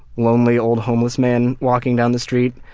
lonely, old homeless man walking down the street,